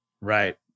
Right